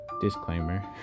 disclaimer